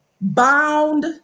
bound